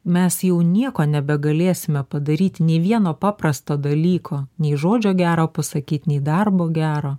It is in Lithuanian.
mes jau nieko nebegalėsime padaryti nei vieno paprasto dalyko nei žodžio gero pasakyt nei darbo gero